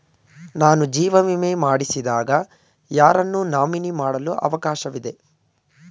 ನಾನು ಜೀವ ವಿಮೆ ಮಾಡಿಸಿದಾಗ ಯಾರನ್ನು ನಾಮಿನಿ ಮಾಡಲು ಅವಕಾಶವಿದೆ?